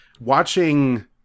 watching